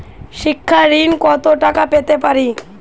শিক্ষা ঋণ কত টাকা পেতে পারি?